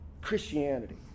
Christianity